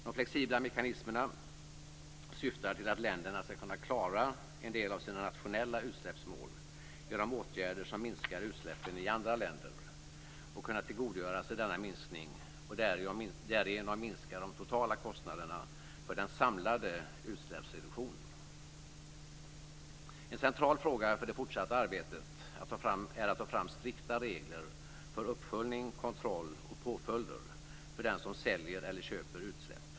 De flexibla mekanismerna syftar till att länderna skall kunna klara en del av sina nationella utsläppsmål genom åtgärder som minskar utsläppen i andra länder och kunna tillgodogöra sig denna minskning samt därigenom minska de totala kostnaderna för den samlade utsläppsreduktionen. En central fråga för det fortsatta arbetet är att ta fram strikta regler för uppföljning, kontroll och påföljder för den som säljer eller köper utsläpp.